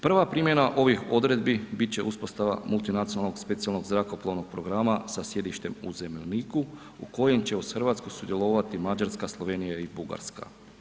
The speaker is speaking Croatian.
Prva primjena ovih odredbi bit će uspostava multinacionalnog specijalnog zrakoplovnog programa sa sjedištem u Zemuniku u kojem će uz RH sudjelovati Mađarska, Slovenija i Bugarska.